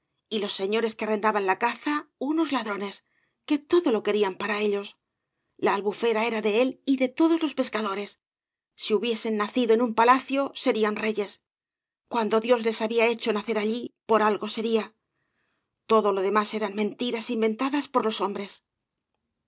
y los señores que arren daban la caza unos ladrones que todo lo querían para ellos la albufera era de él y de todos los pescadores si hubiesen nacido en un palacio serian reyes cuando dios les había hecho nacer allí por algo sería todo lo demás eran mentiras inventadas por los hombree